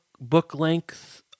book-length